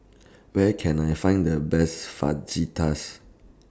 Where Can I Find The Best Fajitas